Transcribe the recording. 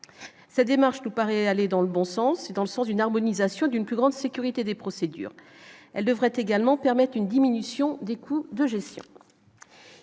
cette démarche nous paraît aller dans le bon sens et dans le sens d'une harmonisation d'une plus grande sécurité des procédures, elle devrait également permettre une diminution des coûts de gestion,